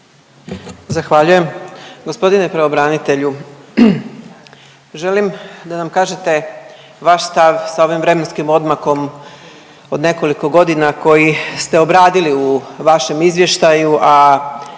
Zahvaljujem. G. pravobranitelju, želim da nam kažete vaš stav sa ovim vremenskim odmakom od nekoliko godina koji ste obradili u vašem izvještaju,